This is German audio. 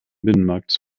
binnenmarkts